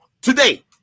today